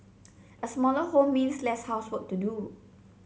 a smaller home means less housework to do